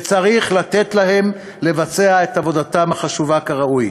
וצריך לתת להם לבצע את עבודתם החשובה כראוי.